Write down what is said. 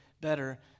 better